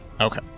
Okay